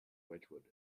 wedgwood